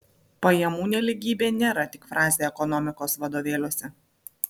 pajamų nelygybė nėra tik frazė ekonomikos vadovėliuose